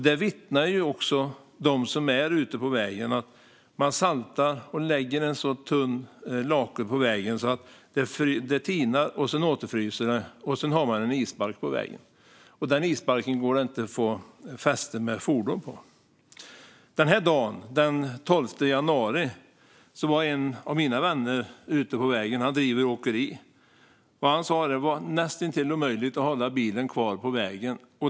Detta vittnar också de som är ute på vägen om - man saltar och lägger en så tunn lake på vägen att det tinar och återfryser. Sedan har man en isbalk på vägen, och den isbalken går det inte att få fäste med fordon på. Den 12 januari var en av mina vänner, som driver ett åkeri, ute på vägen. Han sa att det var näst intill omöjligt att hålla bilen kvar på vägen.